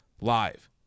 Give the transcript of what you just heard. live